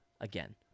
again